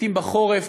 לעתים בחורף,